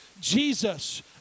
Jesus